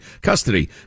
custody